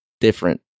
different